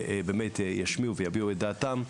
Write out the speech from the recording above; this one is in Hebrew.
באמת ישמיעו ויביעו את דעתם,